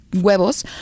huevos